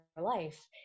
life